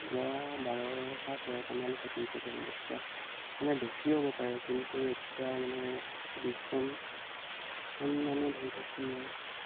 ল'ৰা বাৰটা তেৰটামান থাকিম চাগৈ সম্ভৱ ছোৱালী মানে বেছিও হ'ব পাৰে কিন্তু এতিয়া মানে বিছজন মানে ধৰি থওকচোন বাৰু